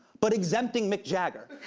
but exempting mick jagger.